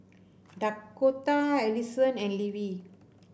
Dakotah Alyson and Levie